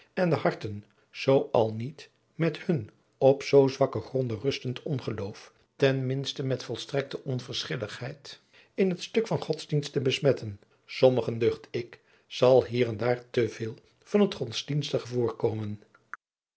en de harten zoo al niet met hun op zoo zwakke gronden rustend ongeloof ten minste met volstrekte overschilligheid in het stuk van godsdienst te besmetten sommigen ducht ik zal hier en daar te veel van het godsdienstige voorkomen